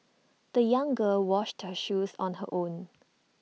the young girl washed her shoes on her own